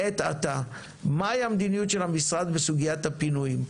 לעת עתה מהי המדיניות של המשרד בסוגיית הפינויים?